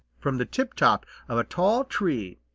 from the tiptop of a tall tree,